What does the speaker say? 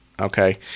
Okay